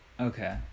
okay